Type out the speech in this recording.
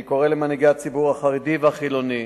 אני קורא למנהיגי הציבור החרדי והחילוני